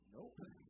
Nope